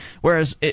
whereas